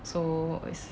so is